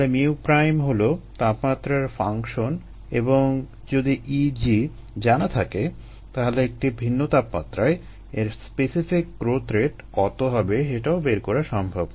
তাহলে μ হলো তাপমাত্রার ফাংশন এবং যদি Eg জানা থাকে তাহলে একটি ভিন্ন তাপমাত্রায় এর স্পেসিফিক গ্রোথ রেট কত হবে সেটাও বের করা সম্ভব